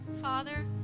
Father